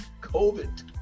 COVID